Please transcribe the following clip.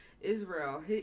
Israel